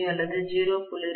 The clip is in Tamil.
25 அல்லது 0